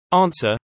Answer